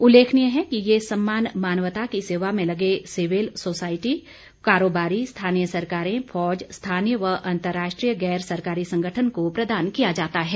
उल्लेखनीय है कि ये सम्मान मानवता की सेवा में लगे सिविल सोसायटी कारोबारी स्थानीय सरकारें फौज स्थानीय व अंतर्राष्ट्रीय गैर सरकारी संगठन को प्रदान किया जाता है